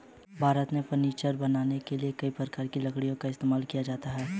भारत में फर्नीचर बनाने के लिए कई प्रकार की लकड़ी का इस्तेमाल होता है